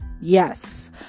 yes